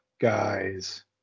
guys